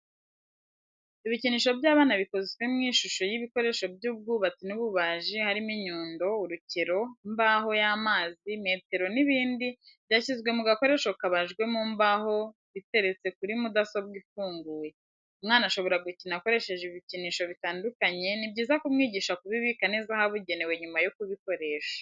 Ibikinisho by'abana bikoze mw'ishusho y'ibikoresho by'ubwubatsi n'ububaji harimo inyundo, urukero, imbaho y'amazi, metero n'ibindi byashyizwe mu gakoresho kabajwe mu mbaho biteretse kuri mudasobwa ifunguye. umwana ashobora gukina akoresheje ibikinisho bitandukanye ni byiza kumwigisha kubibika neza ahabugenewe nyuma yo kubikoresha.